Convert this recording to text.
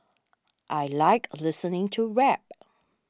I like listening to rap